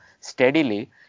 steadily